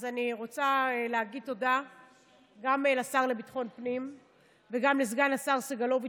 אז אני רוצה להגיד תודה גם לשר לביטחון הפנים וגם לסגן השר סגלוביץ',